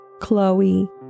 Chloe